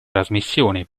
trasmissione